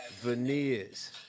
veneers